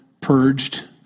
purged